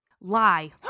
lie